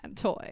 toy